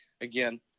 again